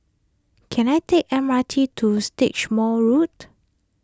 can I take M R T to Stagmont Road